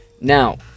Now